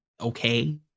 okay